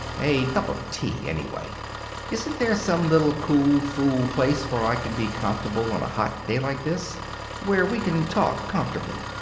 a cup of tea, anyway. isn't there some little cool fool place where i can be comfortable on a hot day like this where we can talk comfortably?